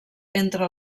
entre